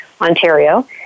Ontario